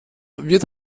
wird